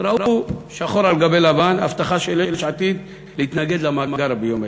ראו שחור על גבי לבן הבטחה של יש עתיד להתנגד למאגר הביומטרי.